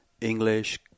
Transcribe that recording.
English